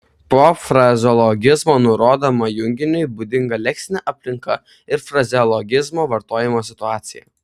po frazeologizmo nurodoma junginiui būdinga leksinė aplinka ir frazeologizmo vartojimo situacija